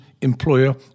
employer